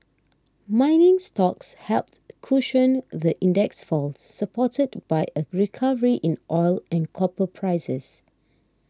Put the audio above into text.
mining stocks helped cushion the index's fall supported by a recovery in oil and copper prices